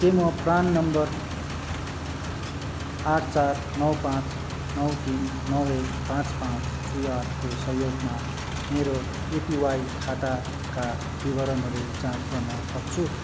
के म PRAN number आठ चार नौ पाँच नौ तिन नौ एक पाँच पाँच दुई आठको सहयोगमा मेरो एपिवाई खाताका विवरणहरू जाँच गर्न सक्छु